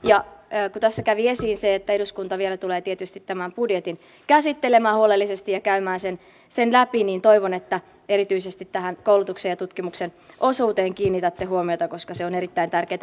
kun tässä kävi esiin se että eduskunta vielä tulee tietysti tämän budjetin käsittelemään huolellisesti ja käymään sen läpi niin toivon että erityisesti tähän koulutuksen ja tutkimuksen osuuteen kiinnitätte huomiota koska se on erittäin tärkeätä